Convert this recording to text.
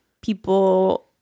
people